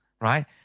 right